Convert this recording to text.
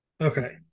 okay